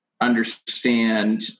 understand